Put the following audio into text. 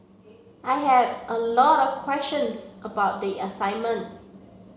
I had a lot of questions about the assignment